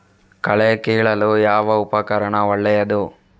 ಕಳೆ ಕೀಳಲು ಯಾವ ಉಪಕರಣ ಒಳ್ಳೆಯದು?